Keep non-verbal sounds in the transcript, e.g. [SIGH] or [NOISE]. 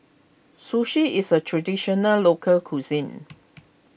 Sushi is a Traditional Local Cuisine [NOISE]